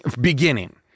beginning